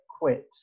quit